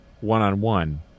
one-on-one